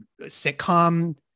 sitcom